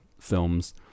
films